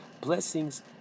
blessings